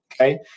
okay